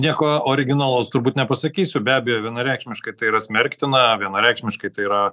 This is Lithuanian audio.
nieko originalaus turbūt nepasakysiu be abejo vienareikšmiškai tai yra smerktina vienareikšmiškai tai yra